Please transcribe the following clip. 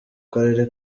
karere